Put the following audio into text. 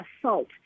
assault